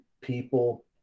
people